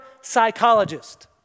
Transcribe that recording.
psychologist